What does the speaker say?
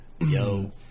Yo